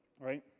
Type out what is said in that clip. right